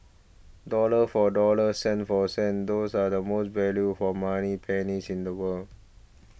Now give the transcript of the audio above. dollar for dollar cent for cent those are the most value for money pennies in the world